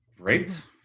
great